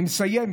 אני מסיים.